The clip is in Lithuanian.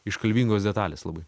iškalbingos detalės labai